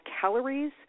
calories